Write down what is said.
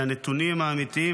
לנתונים האמיתיים,